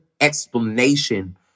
explanation